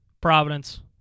Providence